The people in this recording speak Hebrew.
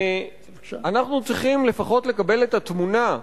ואנחנו צריכים לפחות לקבל את התמונה,